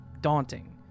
daunting